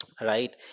right